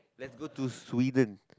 let's go to Sweden